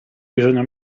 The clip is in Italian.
bisogna